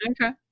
okay